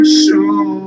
show